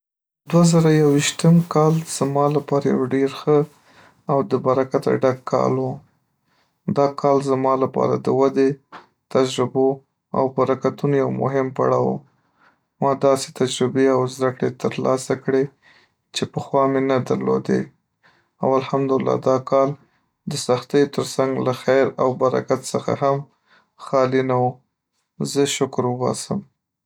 دوه زره یوویشتم کال زما لپاره یو ډیر ښه او د برکته ډک کال و. دا کال زما لپاره د ودې، تجربو او برکتونو یو مهم پړاو و. ما داسې تجربې او زده‌کړې ترلاسه کړې چې پخوا مې نه درلودې او الحمد لله، دا کال د سختیو تر څنګ له خیر او برکت څخه هم خالي نه و زه شکر وباسم